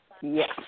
Yes